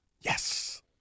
Yes